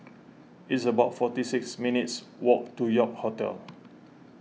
it's about forty six minutes' walk to York Hotel